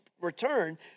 return